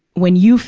when you fe,